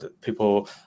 people